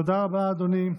תודה רבה, אדוני.